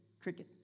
cricket